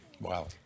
Wow